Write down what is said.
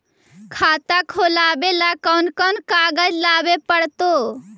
खाता खोलाबे ल कोन कोन कागज लाबे पड़तै?